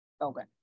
Okay